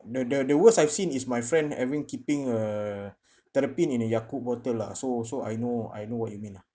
the the the worst I've seen is my friend having keeping a terrapin in the yakult water lah so so I know I know what you mean lah